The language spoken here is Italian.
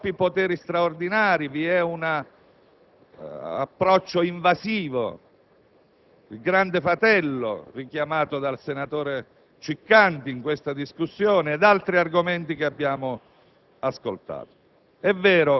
si introducono troppi poteri straordinari, che vi è un approccio invasivo (il Grande fratello richiamato dal senatore Ciccanti in questa discussione) ed altri argomenti che abbiamo ascoltato.